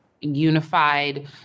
unified